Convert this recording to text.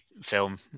film